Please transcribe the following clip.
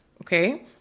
okay